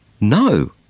no